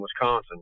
Wisconsin